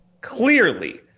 clearly